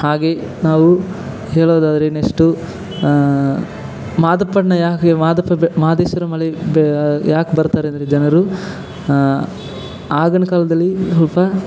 ಹಾಗೇ ನಾವು ಹೇಳೋದಾದರೆ ನೆಕ್ಸ್ಟು ಮಾದಪ್ಪನ ಯಾಕೆ ಮಾದಪ್ಪ ಬೆ ಮಾದೇಶ್ವರ ಮಲೈ ಬೆ ಯಾಕೆ ಬರ್ತಾರೆ ಅಂದರ ಜನರು ಆಗಿನ ಕಾಲದಲ್ಲಿ